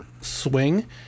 swing